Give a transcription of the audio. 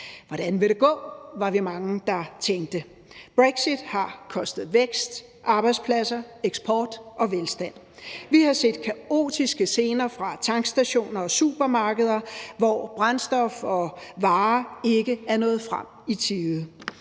Hvordan vil det gå? var vi mange, der tænkte. Brexit har kostet vækst, arbejdspladser, eksport og velstand. Vi har set kaotiske scener fra tankstationer og supermarkeder, hvor brændstof og varer ikke er nået frem i tide.